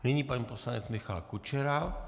Nyní pan poslanec Michal Kučera.